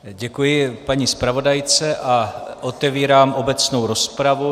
Děkuji paní zpravodajce a otevírám obecnou rozpravu.